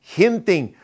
hinting